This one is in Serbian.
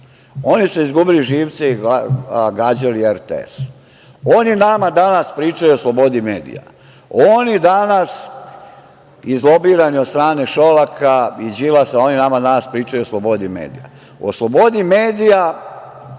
Oni su izgubili živce i gađali RTS.Oni nama danas pričaju o slobodi medija. Oni danas izlobirani od strane Šolaka, Đilasa, pričaju o slobodi medija.